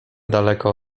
daleko